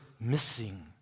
missing